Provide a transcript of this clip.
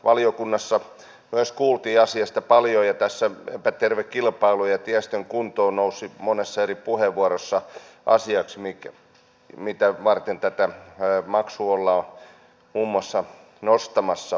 valiokunnassa myös kuultiin asiasta paljon ja epäterve kilpailu ja tiestön kunto nousivat monessa eri puheenvuorossa asioiksi mitä varten tätä maksua ollaan muun muassa nostamassa